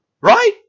Right